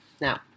Now